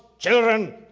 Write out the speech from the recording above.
Children